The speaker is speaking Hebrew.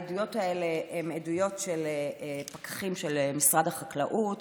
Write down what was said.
העדויות האלה הן עדויות של פקחים של משרד החקלאות.